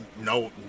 no